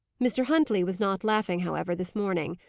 mr. huntley was not laughing, however, this morning.